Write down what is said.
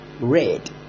red